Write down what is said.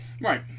right